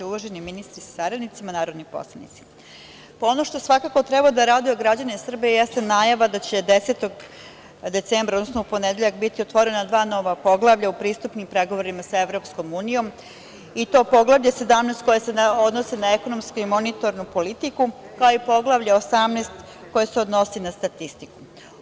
Uvaženi ministre sa saradnicima, narodni poslanici, ono što svakako treba da raduje građane Srbije jeste najava da će 10. decembra, odnosno u ponedeljak, biti otvorena dva nova poglavlja u pristupnim pregovorima sa EU, i to Poglavlje 17, koje se odnosi na ekonomsku i monetarnu politiku, kao i Poglavlje 18, koje se odnosi na statistiku.